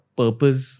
purpose